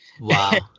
wow